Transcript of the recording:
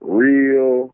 real